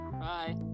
Bye